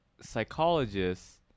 psychologists